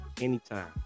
anytime